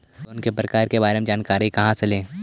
Loan के प्रकार के बारे मे जानकारी कहा से ले?